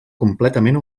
completament